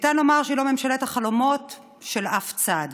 אפשר לומר שהיא לא ממשלת החלומות של אף צד.